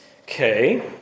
Okay